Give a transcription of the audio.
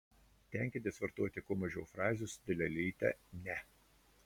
stenkitės vartoti kuo mažiau frazių su dalelyte ne